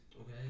Okay